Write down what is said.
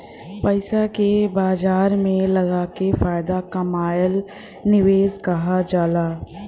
पइसा के बाजार में लगाके फायदा कमाएल निवेश कहल जाला